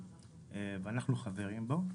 ואנחנו חברים בו.